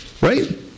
Right